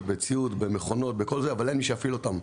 בציוד במכונות אבל אין מי שיפעיל אותם.